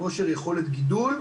כושר יכולת הגידול,